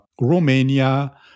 Romania